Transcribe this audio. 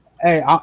hey